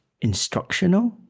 instructional